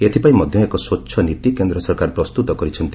ଏଥିପାଇଁ ମଧ୍ୟ ଏକ ସ୍ୱଚ୍ଛ ନୀତି କେନ୍ଦ୍ର ସରକାର ପ୍ରସ୍ତୁତ କରିଛନ୍ତି